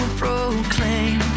proclaim